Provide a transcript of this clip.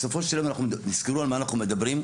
בסופו של יום תזכרו על מה אנחנו מדברים.